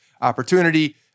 opportunity